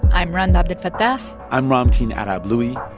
i'm rund abdelfatah i'm ramtin arablouei.